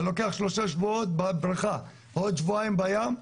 וזה לוקח שלושה שבועות בבריכה ועוד שבועיים בים.